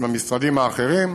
עם המשרדים האחרים,